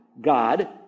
God